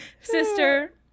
Sister